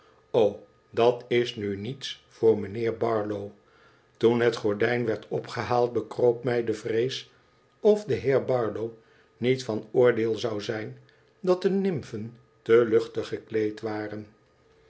o dat is nu niets voor mijnheer barlow toen het gordijn werd opgehaald bekroop mij de vrees of de hoor barlow niet van oordeel zou zijn dat de nimfen te luchtig gekleed waren